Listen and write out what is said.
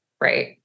right